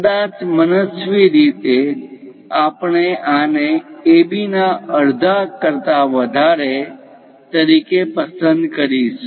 કદાચ મનસ્વી રીતે આપણે આને AB ના અડધા કરતા વધારે તરીકે પસંદ કરીશું